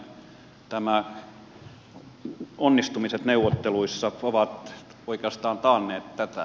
osittain nämä onnistumiset neuvotteluissa ovat oikeastaan taanneet tätä